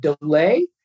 delay